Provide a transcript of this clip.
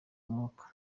umwuka